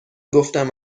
گفتم